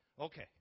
Okay